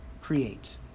create